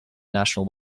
national